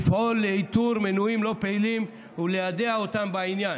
לפעול לאיתור מנויים לא פעילים וליידע אותם בעניין.